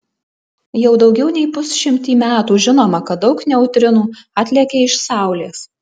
jau daugiau nei pusšimtį metų žinoma kad daug neutrinų atlekia iš saulės